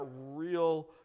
real